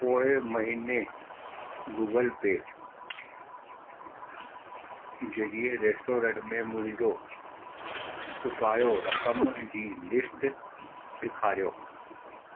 पोएं महीने Google Pay ज़रिए रेस्टोरेंट में मुंहिंजो चुकायो रक़म जी लिस्ट ॾेखारियो